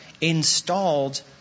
installed